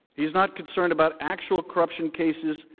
he is not concerned about actual corruption cases,